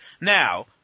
Now